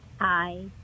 Hi